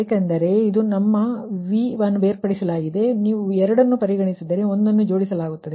ಏಕೆಂದರೆ ಇದು ನಿಮ್ಮ V1 ಡೀ ಕಪಲ್ ಮಾಡಲಾಗಿದೆ ಮತ್ತು ನೀವು ಎರಡನ್ನು ಪರಿಗಣಿಸಿದರೆ ಒಂದನ್ನು ಕಪಲ್ ಮಾಡಲಾಗುತ್ತದೆ